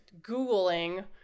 Googling